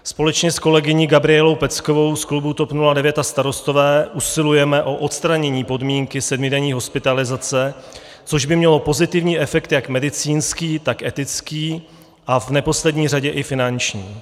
Společně s kolegyní Gabrielou Peckovou z klubu TOP 09 a Starostové usilujeme o odstranění podmínky sedmidenní hospitalizace, což by mělo pozitivní efekt jak medicínský, tak etický, a v neposlední řadě i finanční.